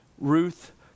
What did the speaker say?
Ruth